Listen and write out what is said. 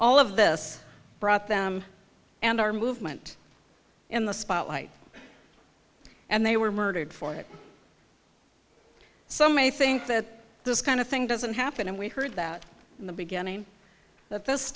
all of this brought them and our movement in the spotlight and they were murdered for it so may think that this kind of thing doesn't happen and we heard that in the beginning that this